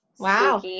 wow